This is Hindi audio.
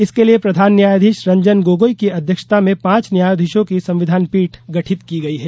इसके लिए प्रधान न्यायाधीश रंजन गोगोई की अध्यक्षता में पांच न्यायाधीशों की संविधान पीठ गठित की गई है